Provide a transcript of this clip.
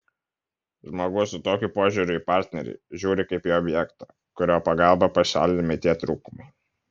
žmogus su tokiu požiūriu į partnerį žiūri kaip į objektą kurio pagalba pašalinami tie trūkumai